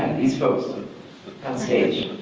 and these folks on stage.